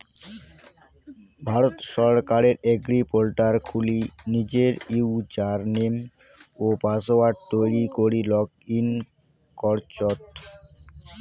ভারত সরকারের এগ্রিপোর্টাল খুলি নিজের ইউজারনেম ও পাসওয়ার্ড তৈরী করি লগ ইন করচত